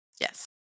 Yes